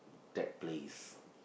that place